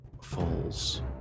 falls